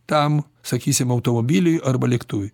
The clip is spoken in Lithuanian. tam sakysim automobiliui arba lėktuvui